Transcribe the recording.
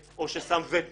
יש גם את היועצים שעובדים